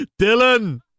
Dylan